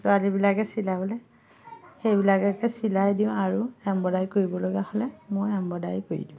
ছোৱালীবিলাকে চিলাবলে সেইবিলাককে চিলাই দিওঁ আৰু এম্বদাৰি কৰিবলগীয়া হ'লে মই এম্বদাৰি কৰি দিওঁ